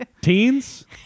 teens